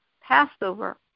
Passover